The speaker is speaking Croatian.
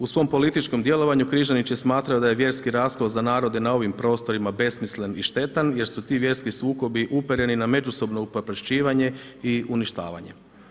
U svom političkom djelovanju Križanić je smatrao da je vjerski raskol za narode na ovim prostorima besmislen i štetan jer su ti vjerski sukobi upereni na međusobno upropašćivanje i uništavanje.